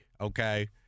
okay